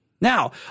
Now